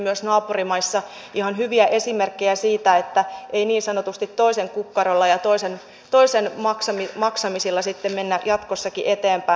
myös naapurimaissa kuitenkin on ihan hyviä esimerkkejä siitä että ei niin sanotusti toisen kukkarolla ja toisen maksamisilla mennä jatkossakin eteenpäin